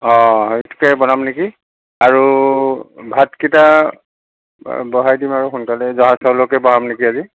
অ' সেইটোকে বনাম নেকি আৰু ভাতকেইটা বাৰু বহাই দিম আৰু সোনকালে জহা চাউলকে বহাম নেকি আজি